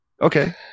Okay